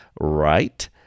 Right